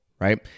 right